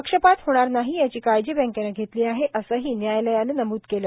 पक्षपात होणार नाही याची काळजी बँकेनं घेतली आहे असंही न्यायालयानं नमूद केलं